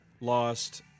Lost